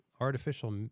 Artificial